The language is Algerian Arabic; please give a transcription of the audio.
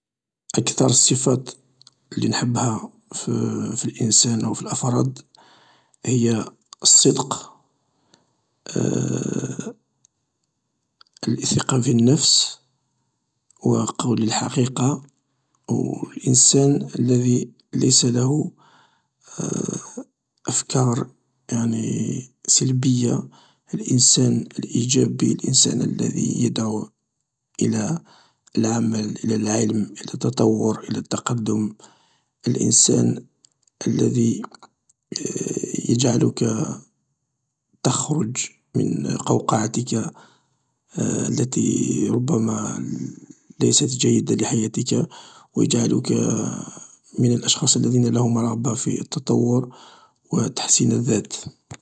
أكثر الصفات لي نحبها فالانسان أو في الأفراد هي الصدق, الثقة في النفس و قول الحقيقة و الانسان الذي ليس له أفكار يعني سلبية, الانسان الإيجابي الانسان الذي يدعو الى العمل الى العلم الى التطور الى التقدم, الانسان الذي يجعلك تخرج من قوقعتك التي ربما ليست جيدة لحياتك و يجعلك من الأشخاص الذين لهم رغبة في التطور و تحسين الذات.